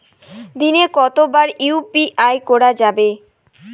দিনে কতবার ইউ.পি.আই করা যাবে?